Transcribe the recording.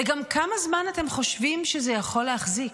וגם כמה זמן אתם חושבים שזה יכול להחזיק,